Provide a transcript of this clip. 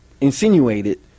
insinuated